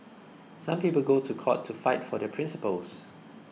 some people go to court to fight for their principles